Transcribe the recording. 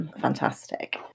fantastic